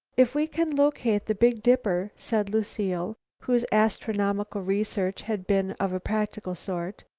if we can locate the big dipper, said lucile, whose astronomical research had been of a practical sort,